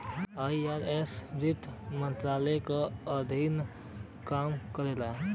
IRS वित्त मंत्रालय के अधीन काम करला